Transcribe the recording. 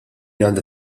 għandha